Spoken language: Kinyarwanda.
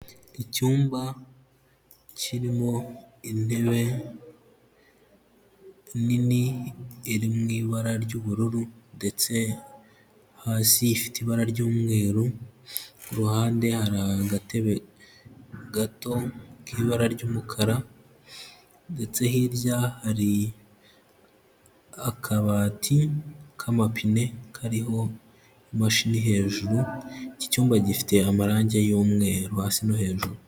Icyumba kirimo intebe nini iri mu ibara ry'ubururu ndetse hasi ifite ibara ry'umweru, ku ruhande hari agatebe gato k'ibara ry'umukara ndetse hirya hari akabati k'amapine kariho imashini hejuru, iki cyumba gifite amarange y'umweru hasi no hejuru.